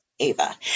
Ava